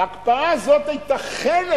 וההקפאה הזאת היתה חלק